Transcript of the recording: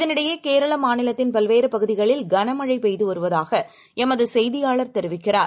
இதனிடையேகேரளமாநிலத்தின்பல்வேறுபகுதிகளில்கனமழைபெய்துவருவ தாகஎமதுசெய்தியாளர்தெரிவிக்கிறார்